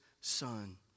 Son